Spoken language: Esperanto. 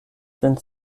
sen